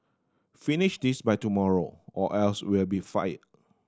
finish this by tomorrow or else you'll be fired